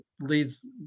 leads